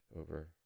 over